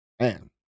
man